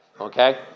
Okay